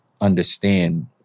understand